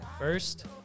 First